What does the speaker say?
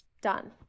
Done